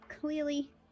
clearly